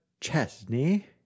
Chesney